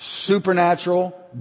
supernatural